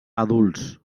adults